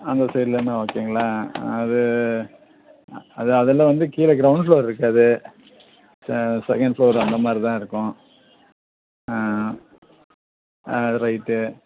அந்த சைட்லேன்னா ஓகேங்களா அது அது அதில் வந்து கீழே க்ரௌண்ட் ஃப்ளோர் இருக்காது செகண்ட் ப்ளோர் அந்த மாதிரி தான் இருக்கும் அது ரைட்டு